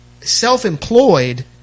self-employed